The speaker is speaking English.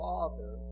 Father